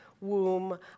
womb